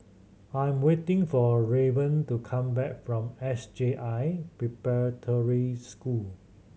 I'm waiting for Rayburn to come back from S J I Preparatory School